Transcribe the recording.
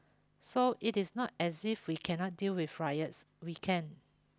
so it is not as if we cannot deal with riots we can